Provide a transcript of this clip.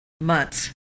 months